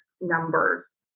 numbers